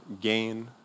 gain